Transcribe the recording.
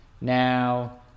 Now